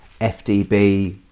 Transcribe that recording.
FDB